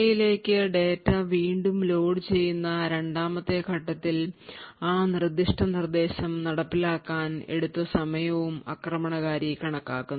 കാഷെയിലേക്ക് data വീണ്ടും ലോഡുചെയ്യുന്ന രണ്ടാമത്തെ ഘട്ടത്തിൽ ആ നിർദ്ദിഷ്ട നിർദ്ദേശം നടപ്പിലാക്കാൻ എടുത്ത സമയവും ആക്രമണകാരി കണക്കാക്കുന്നു